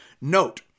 Note